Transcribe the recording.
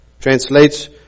Translates